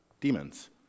demons